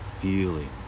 feeling